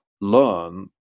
learn